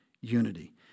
unity